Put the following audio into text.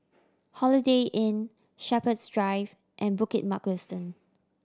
Holiday Inn Shepherds Drive and Bukit Mugliston